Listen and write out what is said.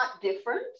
different